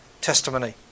testimony